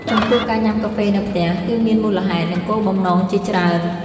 ចំពោះ ការញ៉ាំកាហ្វេនៅផ្ទះ គឺមានមូលហេតុ និងគោលបំណងជាច្រើន។